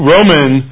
Roman